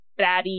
baddie